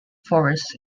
forests